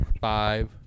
Five